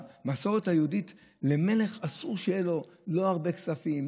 במסורת היהודית למלך אסור שיהיו הרבה כספים,